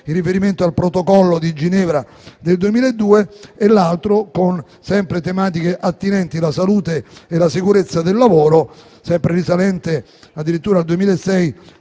in riferimento al Protocollo di Ginevra del 2002 e l'altro, sempre su tematiche attinenti la salute e la sicurezza del lavoro, risalente addirittura al 2006,